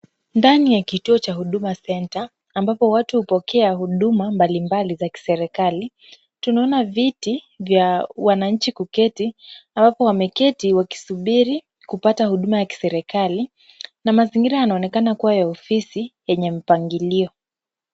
Ndani ya kituo cha huduma Center, ambapo watu hupokea huduma mbalimbali za kiserikali, tumeona viti vya wananchi kuketi ambapo wameketi wakisubiri kupata huduma ya kiserikali, na mazingira yanaonekana kuwa ya ofisi yenye mpangilio.